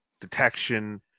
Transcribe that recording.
detection